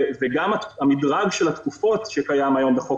גם המדרג של התקופות שקיים היום בחוק